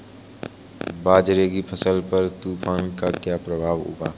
बाजरे की फसल पर तूफान का क्या प्रभाव होगा?